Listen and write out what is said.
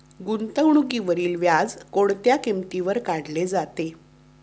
गुंतवणुकीवरील व्याज कोणत्या किमतीवर काढले जाते?